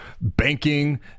banking